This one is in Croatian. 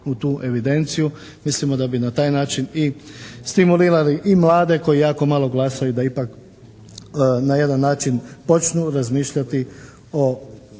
u tu evidenciju. Mislimo da bi na taj način i stimulirali i mlade koji jako malo glasaju da ipak na jedan način počnu razmišljati o